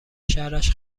شرش